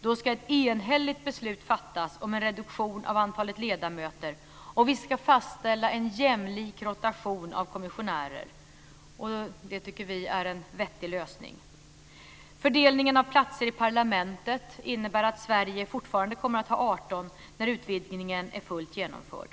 Då ska ett enhälligt beslut fattas om en reduktion av antalet ledamöter, och vi ska fastställa en jämlik rotation av kommissionärer. Det tycker vi är en vettig lösning. Sverige fortfarande kommer att ha 18 platser när utvidgningen är fullt genomförd.